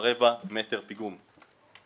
ורבע מטר פיגום,